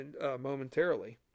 momentarily